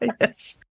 Yes